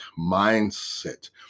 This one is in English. mindset